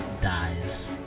dies